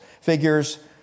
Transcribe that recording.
figures